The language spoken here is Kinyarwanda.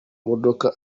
modoka